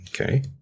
Okay